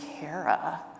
Kara